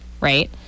right